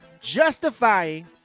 justifying